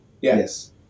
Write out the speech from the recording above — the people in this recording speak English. Yes